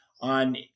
on